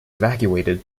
evacuated